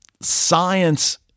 science